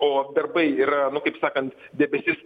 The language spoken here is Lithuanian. o darbai yra nu kaip sakant debesis